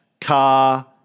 car